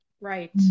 Right